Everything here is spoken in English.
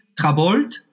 Trabold